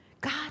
God